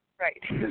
Right